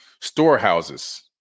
storehouses